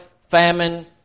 famine